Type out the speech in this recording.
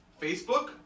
Facebook